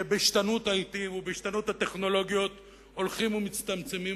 שבהשתנות העתים ובהשתנות הטכנולוגיות הולכים ומצטמצמים,